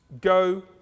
Go